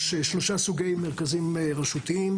יש שלושה סוגי מרכזים רשותיים.